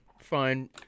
fine